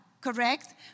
Correct